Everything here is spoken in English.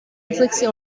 reflexes